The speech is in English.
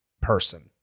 person